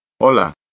Hola